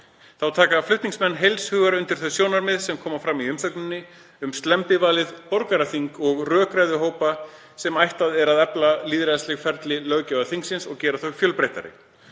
Þá taka flutningsmenn heils hugar undir þau sjónarmið sem fram koma í umsögninni um slembivalið borgaraþing og rökræðuhópa sem ætlað er að efla lýðræðisleg ferli löggjafarvaldsins og gera þau fjölbreyttari.